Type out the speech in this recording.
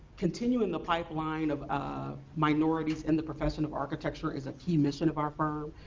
continuing the pipeline of ah minorities in the profession of architecture is a key mission of our firm.